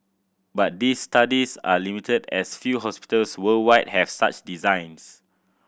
but these studies are limited as few hospitals worldwide have such designs